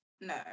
No